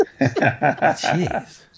Jeez